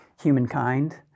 humankind